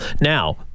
Now